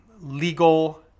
legal